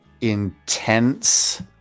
intense